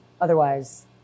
otherwise